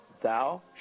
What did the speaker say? thou